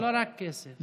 זה לא רק כסף.